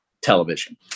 television